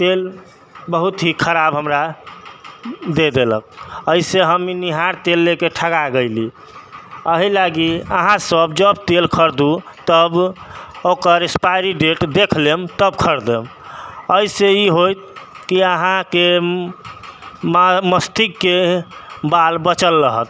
तेल बहुत ही खराब हमरा दऽ देलक एहिसँ हम ई निहार तेल लऽ कऽ ठगा गेली एहि लागी अहाँसब जब तेल खरिदू तब ओकर एक्सपाइरी डेट देखि लेम तब खरीदम एहिसँ ई हैत कि अहाँके मस्तिष्कके बाल बचल रहत